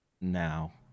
now